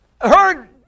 Heard